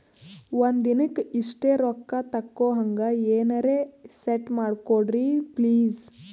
ಒಂದಿನಕ್ಕ ಇಷ್ಟೇ ರೊಕ್ಕ ತಕ್ಕೊಹಂಗ ಎನೆರೆ ಸೆಟ್ ಮಾಡಕೋಡ್ರಿ ಪ್ಲೀಜ್?